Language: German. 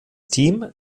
team